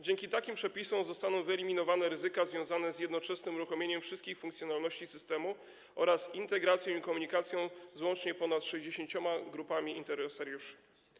Dzięki takim przepisom zostaną wyeliminowane ryzyka związane z jednoczesnym uruchomieniem wszystkich funkcjonalności systemu oraz integracją i komunikacją łącznie z ponad 60 grupami interesariuszy.